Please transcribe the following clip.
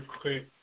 quick